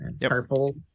purple